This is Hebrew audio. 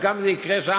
אז גם אם זה יקרה שם,